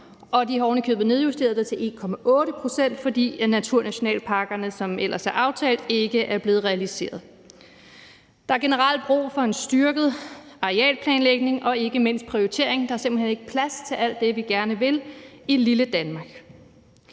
de har ovenikøbet nedjusteret det til 1,8 pct., fordi naturnationalparkerne, som ellers er aftalt, ikke er blevet realiseret. Der er generelt brug for en styrket arealplanlægning og ikke mindst -prioritering, for der er simpelt hen ikke plads til alt det, vi gerne vil i lille Danmark.